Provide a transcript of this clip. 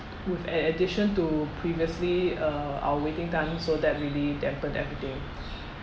with an addition to previously uh our waiting time so that really dampened everything